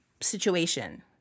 situation